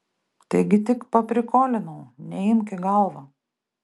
taigi tik paprikolinau neimk į galvą